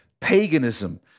paganism